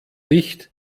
nicht